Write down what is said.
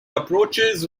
approaches